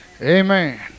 Amen